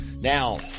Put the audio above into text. Now